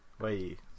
Wait